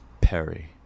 perry